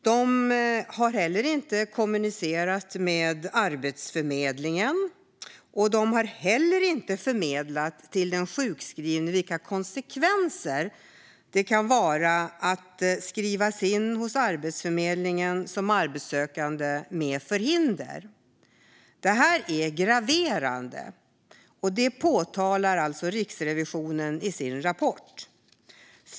De kommunicerar inte heller med Arbetsförmedlingen och förmedlar inte till den sjukskrivne vilka konsekvenserna kan bli av att skrivas in hos Arbetsförmedlingen som arbetssökande med förhinder. Det är graverande. Och det påtalar Riksrevisionen i sin rapport.